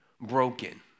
broken